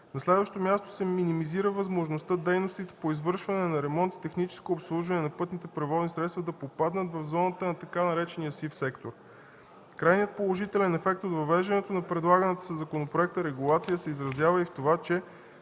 На следващо място се минимизира възможността дейностите по извършване на ремонт и техническо обслужване на пътните превозни средства да попаднат в зоната на така наречения „сив сектор”. Крайният положителен ефект от въвеждането на предлаганата със законопроекта регулация се изразява и в това, че